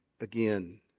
again